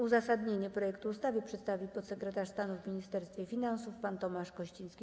Uzasadnienie projektu ustawy przedstawi podsekretarz stanu w Ministerstwie Finansów pan Tomasz Kościński.